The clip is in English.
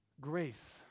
grace